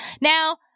Now